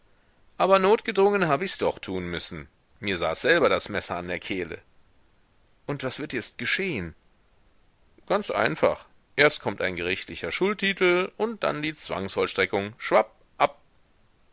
aber notgedrungen hab ichs doch tun müssen mir saß selber das messer an der kehle und was wird jetzt geschehn ganz einfach erst kommt ein gerichtlicher schuldtitel und dann die zwangsvollstreckung schwapp ab